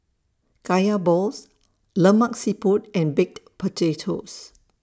Kaya Balls Lemak Siput and Baked Potatos